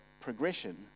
progression